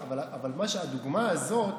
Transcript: אבל הדוגמה הזאת